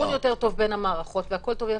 -- סנכרון יותר טוב בין המערכות והכול טוב ויפה,